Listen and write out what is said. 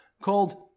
called